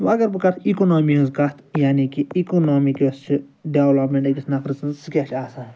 وۄنۍ اَگر بہٕ کَرٕ اِکونامی ہنٛز کَتھ یعنی کہِ اِکونامِک یۄس چھِ ڈیٚولَپمیٚنٛٹ أکِس نفرٕ سٕنٛز سۄ کیٛاہ چھِ آسان